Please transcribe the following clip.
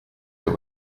her